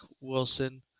Wilson